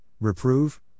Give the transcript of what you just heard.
reprove